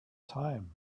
time